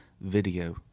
video